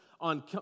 on